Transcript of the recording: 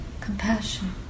compassion